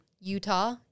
Utah